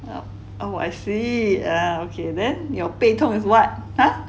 well oh I see ah okay then your 背痛 is what !huh!